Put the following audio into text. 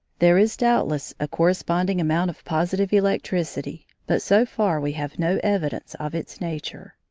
there is doubtless a corresponding amount of positive electricity, but so far we have no evidence of its nature.